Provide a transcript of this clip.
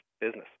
business